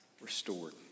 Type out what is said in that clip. restored